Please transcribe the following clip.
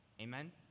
Amen